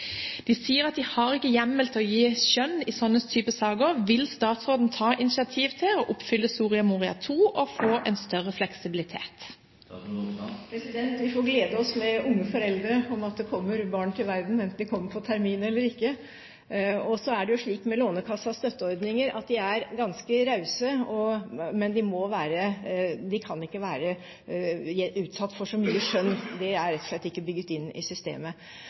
de andre. De sier at de ikke har hjemmel til å bruke skjønn i slike saker. Vil statsråden ta initiativ til å oppfylle Soria Moria II og få en større fleksibilitet? Vi får glede oss med unge foreldre og at det kommer barn til verden, enten de kommer til termin eller ikke. Og så er det jo slik med Lånekassens støtteordninger at de er ganske rause, men de kan ikke være utsatt for så mye skjønn. Det er rett og slett ikke bygget inn i systemet.